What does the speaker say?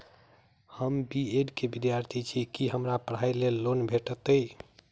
हम B Ed केँ विद्यार्थी छी, की हमरा पढ़ाई लेल लोन भेटतय?